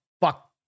fuck